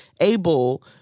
able